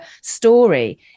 story